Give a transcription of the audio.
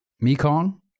Mekong